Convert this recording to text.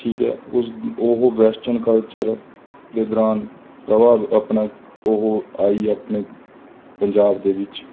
ਠੀਕ ਹੈ ਉਹ ਵੈਸਟਰਨ ਕਲਚਰ ਦੇ ਦੌਰਾਨ ਪ੍ਰਭਾਵ ਆਪਣਾ ਉਹ ਆਈ ਆਪਣੇ ਪੰਜਾਬ ਦੇ ਵਿੱਚ